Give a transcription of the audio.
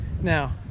Now